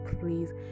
please